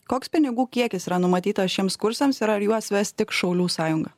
koks pinigų kiekis yra numatytas šiems kursams ir ar juos ves tik šaulių sąjunga